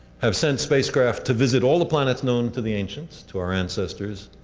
have sent spacecrafts to visit all the planets known to the ancients, to our ancestors,